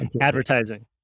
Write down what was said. Advertising